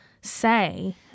say